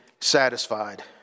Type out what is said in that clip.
satisfied